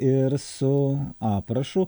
ir su aprašu